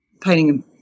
painting